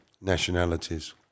nationalities